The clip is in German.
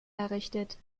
errichtet